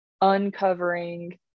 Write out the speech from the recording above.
uncovering